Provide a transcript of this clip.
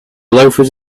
loafers